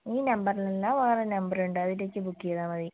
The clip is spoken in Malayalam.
ഈ നമ്പറിൽ അല്ല വേറെ നമ്പർ ഉണ്ട് അതിലേക്ക് ബുക്ക് ചെയ്താൽ മതി